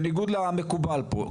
בניגוד למקובל פה,